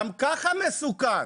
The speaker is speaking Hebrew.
גם ככה מסוכן